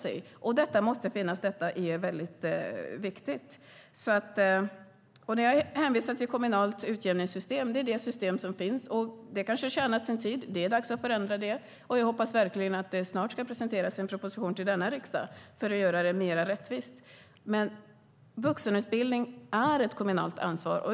Den möjligheten måste finnas. Det är mycket viktigt. När jag hänvisar till kommunalt utjämningssystem är det för att det är det system som finns. Det kanske har tjänat ut sin tid, och det är dags att förändra det. Jag hoppas verkligen att det snart ska presenteras en proposition för denna riksdag för att göra det mer rättvist. Vuxenutbildning är ett kommunalt ansvar.